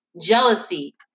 jealousy